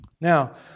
Now